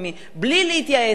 בלי להתייעץ אתו.